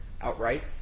outright